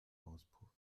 auspuff